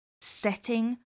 setting